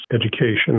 education